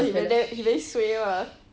he went there so he damn suay !wah!